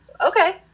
okay